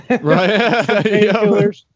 right